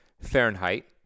Fahrenheit